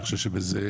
אני חושב שבזה,